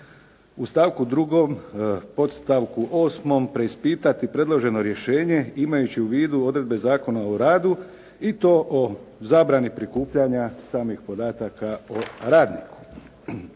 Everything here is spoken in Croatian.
U stavku 2. podstavku 8. preispitati predloženo rješenje imajući u vidu odredbe Zakona o radu i to o zabrani prikupljanja samih podataka o radniku.